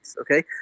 Okay